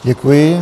Děkuji.